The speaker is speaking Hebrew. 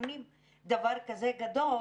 שכשמתכננים דבר כזה גדול,